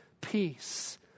peace